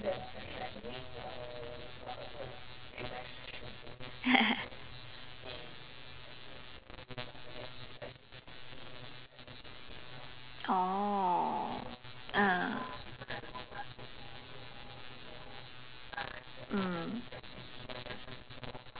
oh ah mm